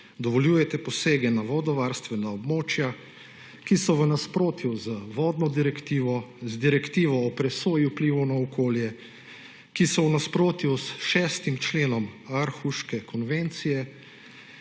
dovoljujete posege na vodovarstvena območja, ki so v nasprotju z vodno direktivo, z direktivo o presoji vplivov na okolje, ki so v nasprotju s 6. členom Aarhuške konvencije